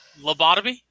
Lobotomy